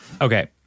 Okay